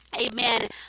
Amen